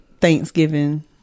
Thanksgiving